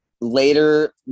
later